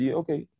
okay